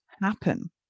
happen